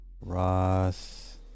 ross